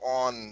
on